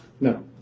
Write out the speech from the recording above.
no